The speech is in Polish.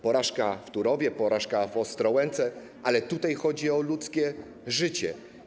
Porażka w Turowie, porażka w Ostrołęce, ale tutaj chodzi o ludzkie życie.